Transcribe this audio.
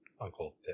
uncle